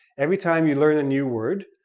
every time you learn a new word,